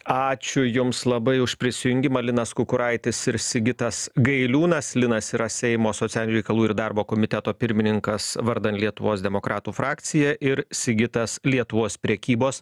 ačiū jums labai už prisijungimą linas kukuraitis ir sigitas gailiūnas linas yra seimo socialinių reikalų ir darbo komiteto pirmininkas vardan lietuvos demokratų frakcija ir sigitas lietuvos prekybos